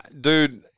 dude